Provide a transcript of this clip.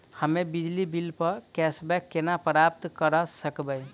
हम्मे बिजली बिल प कैशबैक केना प्राप्त करऽ सकबै?